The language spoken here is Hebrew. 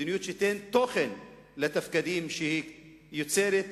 מדיניות שתיתן תוכן לתפקידים שהיא יוצרת,